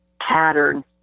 pattern